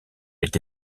été